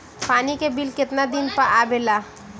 पानी के बिल केतना दिन पर आबे ला?